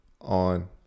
On